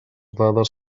dades